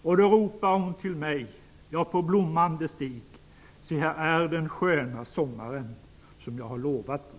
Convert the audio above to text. Och då ropar hon till mig, ja, på blommande stig: - Se, här är den sköna sommaren som jag har lovat Dig!